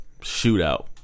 shootout